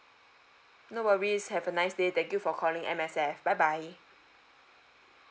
no worries have a nice day thank you for calling M_S_F bye bye